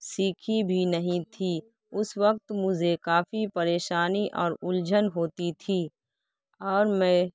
سیکھی بھی نہیں تھی اس وقت مجھے کافی پریشانی اور الجھن ہوتی تھی اور میں